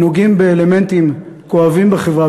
נוגעים באלמנטים כואבים בחברה,